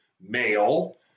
male